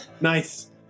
Nice